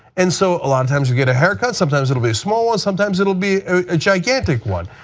and so a lot of times you get a haircut, sometimes it will be small and sometimes it will be a gigantic one.